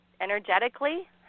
Energetically